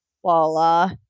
voila